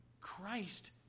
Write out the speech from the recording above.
Christ